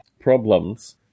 problems